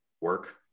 work